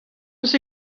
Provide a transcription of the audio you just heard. eus